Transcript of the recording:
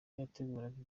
yateguraga